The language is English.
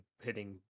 hitting